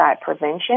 Prevention